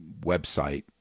website